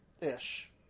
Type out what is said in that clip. ish